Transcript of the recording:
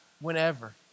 whenever